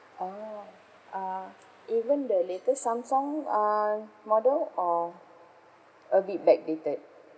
oh uh even the latest samsung uh model or a bit backdated